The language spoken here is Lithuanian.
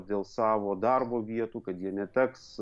dėl savo darbo vietų kad jie neteks